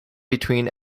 between